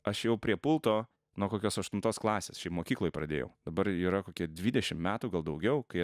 aš jau prie pulto nuo kokios aštuntos klasės šiaip mokykloj pradėjau dabar yra kokie dvidešim metų gal daugiau kai